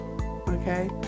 okay